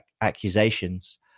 accusations